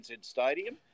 Stadium